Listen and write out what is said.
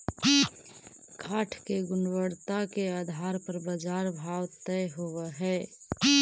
काष्ठ के गुणवत्ता के आधार पर बाजार भाव तय होवऽ हई